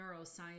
neuroscience